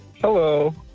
Hello